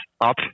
up